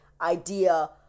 idea